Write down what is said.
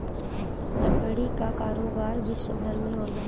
लकड़ी कअ कारोबार विश्वभर में होला